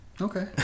Okay